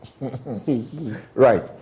Right